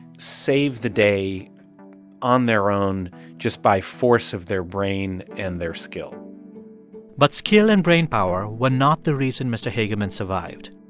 save the day on their own just by force of their brain and their skill but skill and brainpower were not the reason mr. hagerman survived.